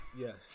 Yes